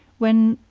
when,